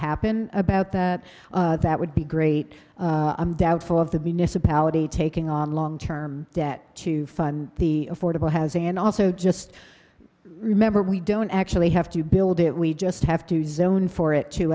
happen about that that would be great i'm doubtful of the taking on long term debt to fund the affordable housing and also just remember we don't actually have to build it we just have to zone for it to